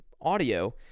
audio